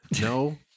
No